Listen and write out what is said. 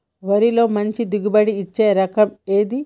వరిలో మంచి దిగుబడి ఇచ్చే రకం ఏది?